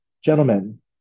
gentlemen